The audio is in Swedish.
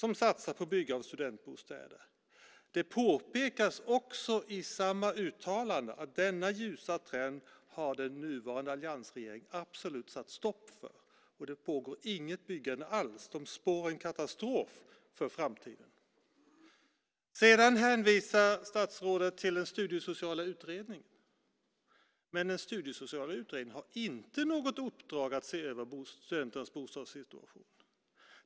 Då satsade man på byggande av studentbostäder. Det påpekas också i samma uttalande att denna ljusa trend har den nuvarande alliansregeringen absolut satt stopp för. Det pågår inget byggande alls. Man spår en katastrof för framtiden. Statsrådet hänvisar också till den studiesociala utredningen. Men den studiesociala utredningen har inte något uppdrag att se över studenternas bostadssituation.